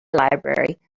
library